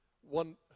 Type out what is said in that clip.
one